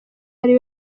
ari